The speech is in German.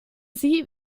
sie